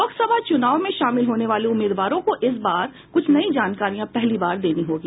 लोकसभा चुनाव में शामिल होने वाले उम्मीदवारों को इस बार कुछ नई जानकारियां पहली बार देनी होगी